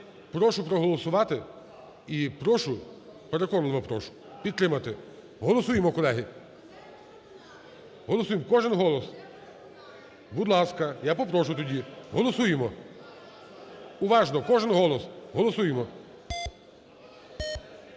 Прошу проголосувати і прошу, переконливо прошу підтримати. Голосуємо, колеги. Голосуємо. Кожен голос. Будь ласка, я попрошу тоді. Голосуємо. Уважно, кожен голос. Голосуємо.